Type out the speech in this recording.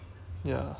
ya